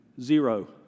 zero